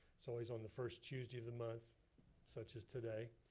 it's always on the first tuesday of the month such as today,